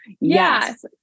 yes